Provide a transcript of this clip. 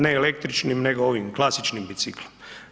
Ne električnim nego ovim klasičnim biciklom.